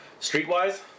streetwise